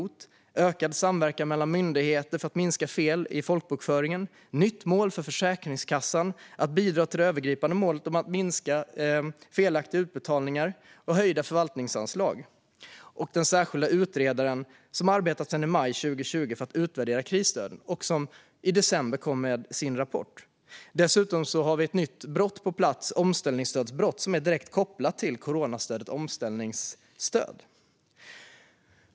Det sker en ökad samverkan mellan myndigheter för att fel i folkbokföringen ska minska. Det finns ett nytt mål för Försäkringskassan om att bidra till det övergripande målet att minska felaktiga utbetalningar och höjda förvaltningsanslag. Den särskilda utredaren, som har arbetat sedan i maj 2020 för att utvärdera krisstöden, kom i december med sin rapport. Dessutom har vi ett nytt brott på plats, nämligen omställningsstödsbrott. Det är direkt kopplat till coronastödet omställningsstöd.